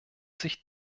ich